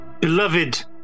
beloved